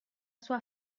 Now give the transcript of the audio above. sua